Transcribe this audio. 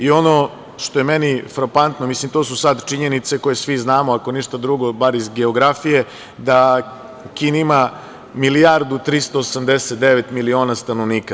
Ono što je meni frapantno, to su sad činjenice koje svi znamo, ako ništa drugo bar iz geografije, da Kina ima milijardu i 389 miliona stanovnika.